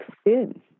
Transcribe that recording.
skin